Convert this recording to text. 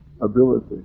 ability